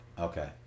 Okay